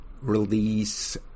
release